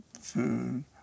food